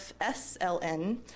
FSLN